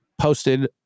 posted